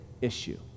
issue